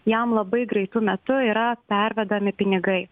jam labai greitu metu yra pervedami pinigai